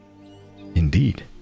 Indeed